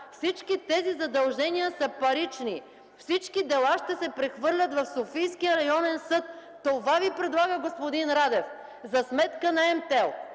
всички тези задължения са парични и всички дела ще се прехвърлят в Софийския районен съд. Това Ви предлага господин Радев – за сметка на MТeл,